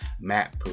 Matt